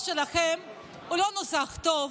לא נוסח טוב.